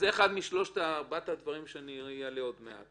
זה אחד מארבעת הדברים שאני אעלה עוד מעט.